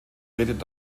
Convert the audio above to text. redet